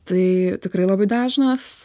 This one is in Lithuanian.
tai tikrai labai dažnas